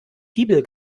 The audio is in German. fibel